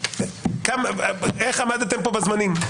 איך עמדתם פה בזמנים?